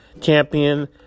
champion